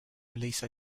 release